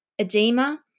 edema